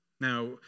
Now